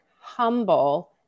humble